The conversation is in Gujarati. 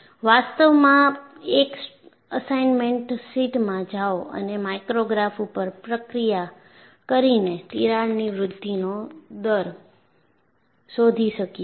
વાસ્તવમાં એક અસાઇનમેન્ટ શીટમાં જાઓ અને માઇક્રોગ્રાફ ઉપર પ્રક્રિયા કરીને તિરાડની વૃદ્ધિનો દર શોધી શકીએ છીએ